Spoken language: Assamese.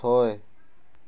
ছয়